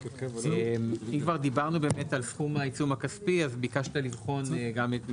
אם כבר דיברנו על סכום העיצום הכספי אז ביקשת ממשרדי